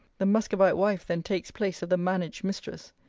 the muscovite wife then takes place of the managed mistress.